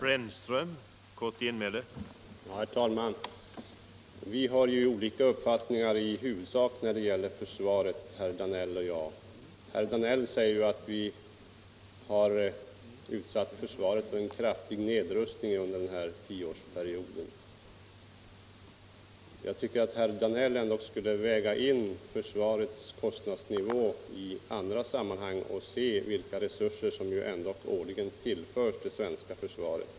Herr talman! Vi har olika uppfattningar i huvudsak när det gäller för svaret, herr Danell och jag. Herr Danell säger att vi har utsatt försvaret för en kraftig nedrustning under den här tioårsperioden. Jag tycker att herr Danell skulle sätta försvarskostnaderna i relation till andra kostnader och se vilka resurser som ändock årligen tillförs det svenska försvaret.